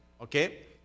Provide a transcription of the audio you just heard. okay